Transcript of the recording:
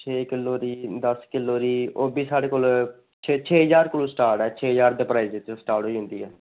छे किलो दी दस्स किलो दी ओह्बी साढ़े कोल छे ज्हार प्राईज़ ऐ छे ज्हार कोला साढ़े प्राईज़ स्टार्ट होई जंदी ऐ